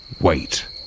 Wait